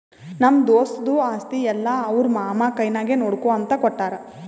ನಮ್ಮ ದೋಸ್ತದು ಆಸ್ತಿ ಎಲ್ಲಾ ಅವ್ರ ಮಾಮಾ ಕೈನಾಗೆ ನೋಡ್ಕೋ ಅಂತ ಕೊಟ್ಟಾರ್